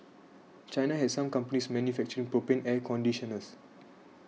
China has some companies manufacturing propane air conditioners